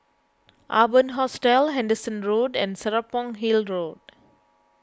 Urban Hostel Henderson Road and Serapong Hill Road